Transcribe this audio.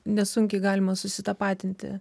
nesunkiai galima susitapatinti